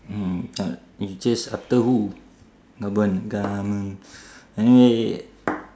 mm but you chase after who government gahmen anyway